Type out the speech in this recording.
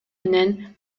менен